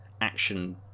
action